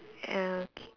okay